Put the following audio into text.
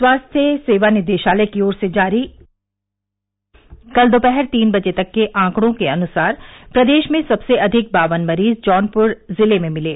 स्वास्थ्य सेवा निदेशालय की ओर से जारी कल दोपहर तीन बजे तक के आंकड़ों के अनुसार प्रदेश में सबसे अधिक बावन मरीज जौनपुर जिले में मिले